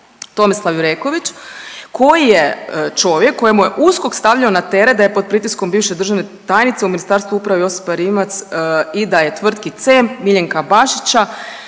Tomislav Jureković koji je čovjek, kojem je USKOK stavljao na teret da je pod pritiskom bivše državne tajnice u Ministarstvu uprave Josipe Rimac i da je tvrtki C.E.M.P. Miljenka Bašića